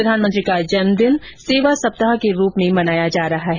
प्रधानमंत्री का जन्मदिन सेवा सप्ताह के रूप में मनाया जा रहा है